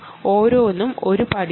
ഓരോന്നും ഒരു സ്റ്റെപ്പാണ്